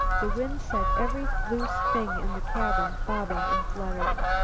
the wind set every loose thing in the cabin bobbing and fluttering.